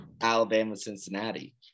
Alabama-Cincinnati